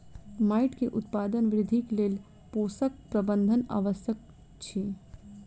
माइट के उत्पादन वृद्धिक लेल पोषक प्रबंधन आवश्यक अछि